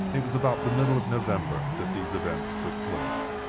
it was about the middle of november that these events took place.